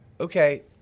Okay